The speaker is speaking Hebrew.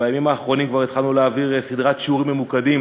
בימים האחרונים כבר התחלנו להעביר סדרת שיעורים ממוקדים